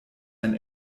ein